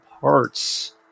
parts